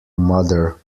mother